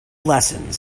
lessons